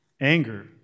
anger